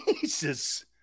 Jesus